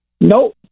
No